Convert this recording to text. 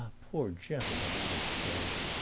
poor gentleman! i exclaimed.